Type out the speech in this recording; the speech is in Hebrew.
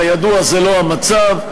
כידוע, זה לא המצב.